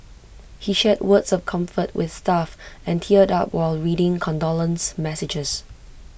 he shared words of comfort with staff and teared up while reading condolence messages